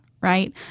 right